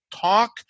talk